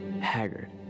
haggard